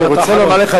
אני רוצה לומר לך,